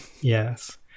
yes